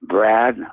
Brad